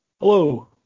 Hello